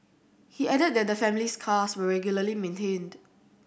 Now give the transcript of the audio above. he added that the family's cars were regularly maintained